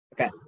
Okay